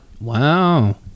wow